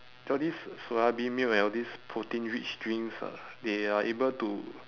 all these soya bean milk and all these protein rich drinks uh they are able to